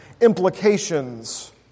implications